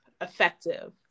effective